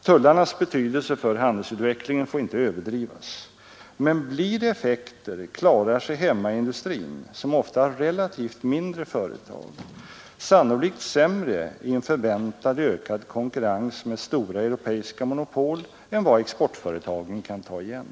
Tullarnas betydelse för handelsutvecklingen får inte överdrivas. Men blir det effekter klarar sig hemmaindustrin, som ofta har relativt mindre företag, sannolikt sämre i en förväntad ökad konkurrens med stora europeiska monopol än vad exportföretagen kan ta igen.